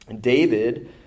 David